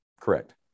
correct